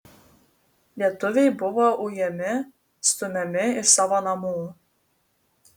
lietuviai buvo ujami stumiami iš savo namų